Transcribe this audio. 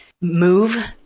move